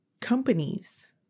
companies